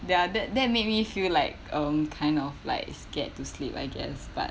there are that that made me feel like um kind of like scared to sleep I guess but